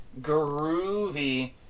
Groovy